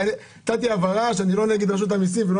נתתי הבהרה שאני לא נגד רשות המסים ולא